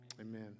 amen